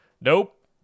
nope